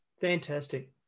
Fantastic